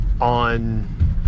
on